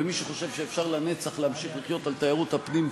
ומי שחושב שאפשר לנצח להמשיך לחיות על תיירות הפנים טועה.